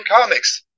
comics